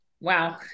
Wow